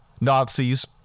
Nazis